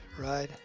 right